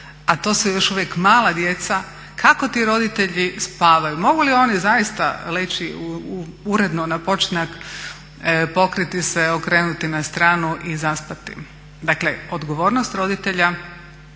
a to su još uvijek mala djeca, kako ti roditelji spavaju. Mogu li oni zaista leći uredno na počinak, pokriti se, okrenuti na stranu i zaspati. Dakle odgovornost roditelja